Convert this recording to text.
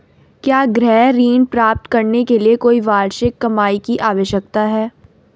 क्या गृह ऋण प्राप्त करने के लिए कोई वार्षिक कमाई की आवश्यकता है?